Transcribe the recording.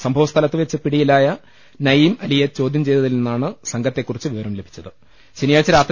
സംഭവസ്ഥലത്ത് വെച്ച് പിടിയി ലായ നഈം അലിയെ ചോദ്യം ചെയ്തതിൽ നിന്നാണ് സംഘത്തെ കുറിച്ച് വിവരം ലഭിച്ചത്